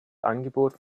angebot